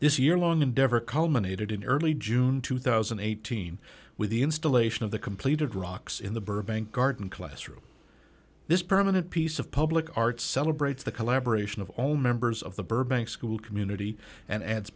this year long endeavor culminated in early june two thousand and eighteen with the installation of the completed rocks in the burbank garden classroom this permanent piece of public art celebrates the collaboration of all members of the burbank school community and ad